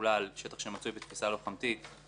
התחולה על שטח שמצוי בתפיסה לוחמתית,